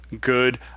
good